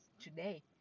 today